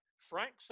Frank